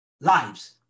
lives